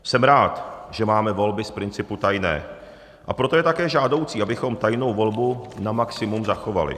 Jsem rád, že máme volby z principu tajné, a proto je také žádoucí, abychom tajnou volbu na maximum zachovali.